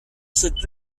cette